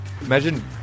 Imagine